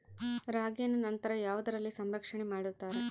ರಾಗಿಯನ್ನು ನಂತರ ಯಾವುದರಲ್ಲಿ ಸಂರಕ್ಷಣೆ ಮಾಡುತ್ತಾರೆ?